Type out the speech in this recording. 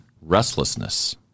restlessness